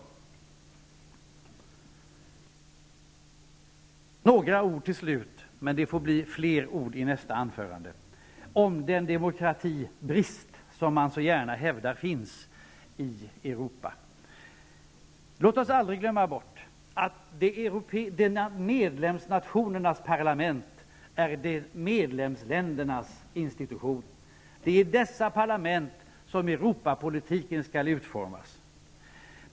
Så några ord till slut -- det får bli fler i nästa anförande -- om den demokratibrist som man så gärna hävdar finns i Europa. Låt oss aldrig glömma bort att medlemsnationernas parlament är medlemsländernas institutioner. Det är i dessa parlament som Europapolitiken skall utformas.